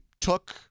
took